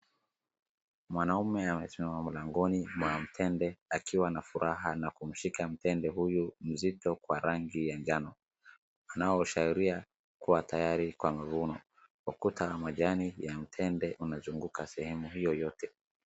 Mwanaume amesimama mlangoni mwa mtende akiwa na furaha na kumshika mtende huyu mzito kwa rangi ya majano anaoashiria kuwa tayari kwa mavuno. Ukuta wa majani ya mtende unazunguka sehemu hiyo yote.